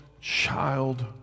child